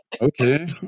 okay